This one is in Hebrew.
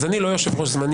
אז אני לא יושב-ראש זמני.